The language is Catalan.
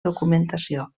documentació